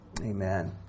Amen